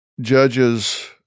judges